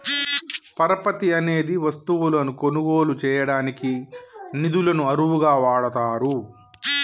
పరపతి అనేది వస్తువులను కొనుగోలు చేయడానికి నిధులను అరువుగా వాడతారు